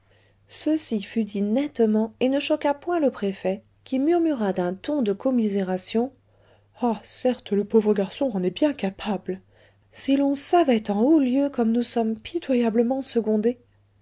ceci fut dit nettement et ne choqua point le préfet qui murmura d'un ton de commisération ah certes le pauvre garçon en est bien capable si l'on savait en haut lieu comme nous sommes pitoyablement secondés